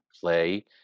play